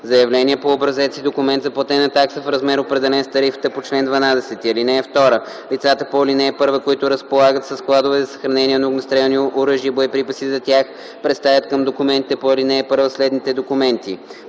заявление по образец и документ за платена такса в размер, определен с тарифата по чл. 12. (2) Лицата по ал. 1, които разполагат със складове за съхранение на огнестрелни оръжия и боеприпаси за тях, представят към документите по ал. 1 следните документи: